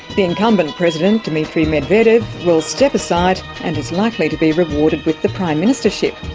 the incumbent president, dmitry medvedev, will step aside and is likely to be rewarded with the prime ministership.